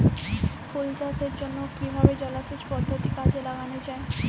ফুল চাষের জন্য কিভাবে জলাসেচ পদ্ধতি কাজে লাগানো যাই?